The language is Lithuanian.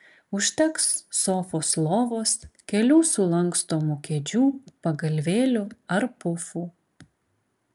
užteks sofos lovos kelių sulankstomų kėdžių pagalvėlių ar pufų